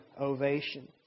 ovation